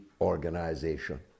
Organization